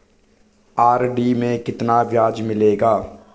RD में कितना ब्याज मिलेगा?